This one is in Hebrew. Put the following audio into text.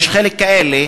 יש חלק כאלה,